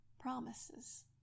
promises